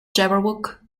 jabberwock